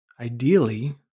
ideally